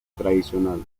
tradicional